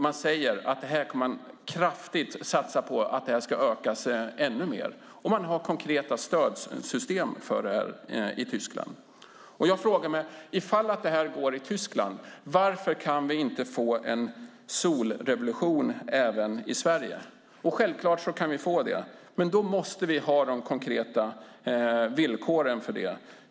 Man säger att man kommer att kraftigt satsa på att det ska ökas ännu mer, och man har konkreta stödsystem för det här i Tyskland. Jag frågar mig: Om det går i Tyskland, varför kan vi inte få en solrevolution även i Sverige? Och självklart kan vi få det, men då måste vi ha de konkreta villkoren för det.